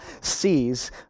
sees